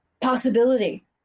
Possibility